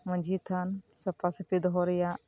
ᱢᱟᱡᱷᱤ ᱛᱷᱟᱱ ᱥᱟᱯᱟ ᱥᱟᱯᱤ ᱫᱚᱦᱚ ᱨᱮᱭᱟᱜ